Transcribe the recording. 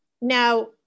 Now